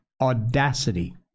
Audacity